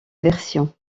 version